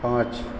पाँच